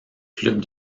club